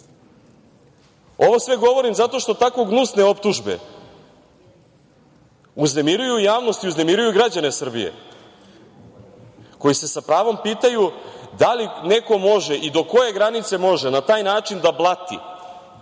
sve govorim zato što tako gnusne optužbe uznemiruju javnost i uznemiruju građane Srbije koji se sa pravom pitaju da li neko može i do koje granice može na taj način da blati,